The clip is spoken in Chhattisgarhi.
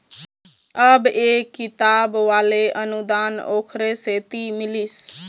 अब ये किताब वाले अनुदान ओखरे सेती मिलिस